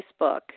Facebook